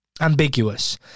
ambiguous